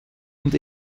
und